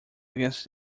against